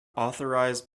authorized